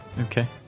Okay